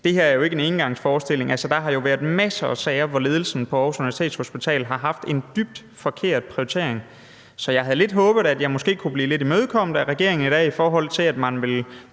det her jo ikke været en engangsforestilling. Altså, der har jo været masser af sager, hvor ledelsen på Aarhus Universitetshospital har haft en dybt forkert prioritering. Jeg havde lidt håbet, at jeg måske kunne blive lidt imødekommet af regeringen i dag, i forhold til at man vil